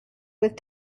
with